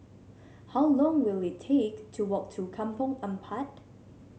how long will it take to walk to Kampong Ampat